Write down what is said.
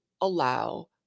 allow